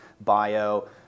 bio